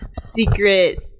Secret